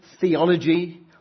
theology